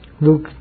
Luke